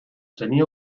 tenía